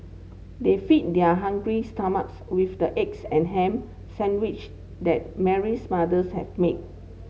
they feed their hungry stomachs with the eggs and ham sandwich that Mary's mothers had made